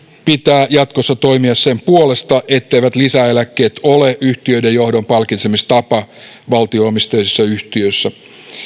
pitää jatkossa toimia sen puolesta etteivät lisäeläkkeet ole yhtiöiden johdon palkitsemistapa valtio omisteisissa yhtiöissä